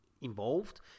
Involved